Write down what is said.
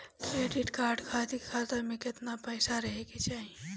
Credit card खातिर खाता में केतना पइसा रहे के चाही?